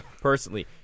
personally